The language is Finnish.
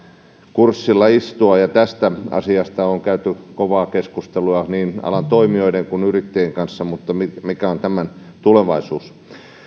kurssilla istua tästä asiasta on käyty kovaa keskustelua niin alan toimijoiden kuin yrittäjien kanssa mutta mikä on tämän tulevaisuus